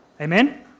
Amen